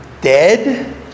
Dead